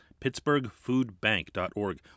pittsburghfoodbank.org